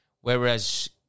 Whereas